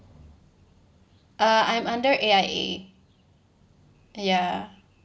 uh I'm under A_I_A ya